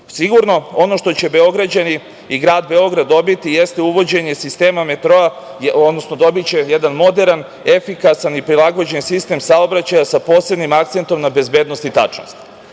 ono što će Beograđani i Grad Beograd dobiti jeste uvođenje sistema metroa, odnosno dobiće jedan moderan, efikasan i prilagođen sistem saobraćaja sa posebnim akcentom na bezbednost i tačnost. Ovakav